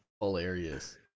hilarious